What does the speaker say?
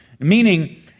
Meaning